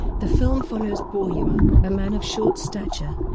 the film follows bauua, a man of short stature,